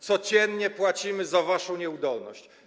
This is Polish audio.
Codziennie płacimy za waszą nieudolność.